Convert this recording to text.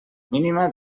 mínima